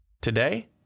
Today